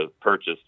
purchased